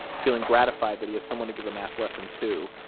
feeling gratified that he has someone to give a math lesson to,